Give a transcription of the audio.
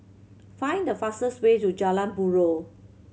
find the fastest way to Jalan Buroh